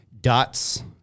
Dots